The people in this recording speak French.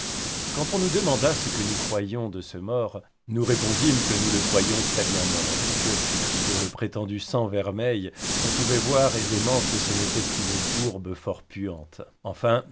quand on nous demanda ce que nous croyions de ce mort nous répondîmes que nous le croyions très-bien mort et que pour le prétendu sang vermeil on pouvait voir aisément que ce n'était qu'une bourbe fort puante enfin